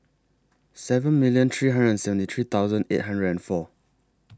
seven million three hundred and seventy three eight hundred and four